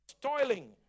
toiling